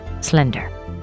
slender